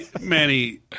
Manny